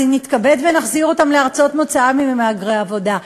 אז נתכבד ונחזיר אותם לארצות מוצאם אם הם מהגרי עבודה.